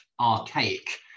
archaic